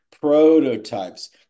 prototypes